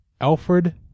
Alfred